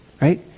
Right